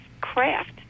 craft